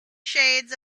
shades